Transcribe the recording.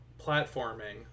platforming